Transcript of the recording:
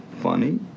funny